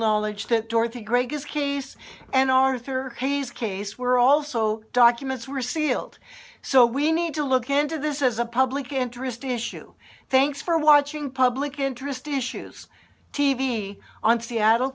knowledge that dorothy greg is case and arthur hayes case were also documents were sealed so we need to look into this as a public interest in a shoe thanks for watching public interest issues t v on seattle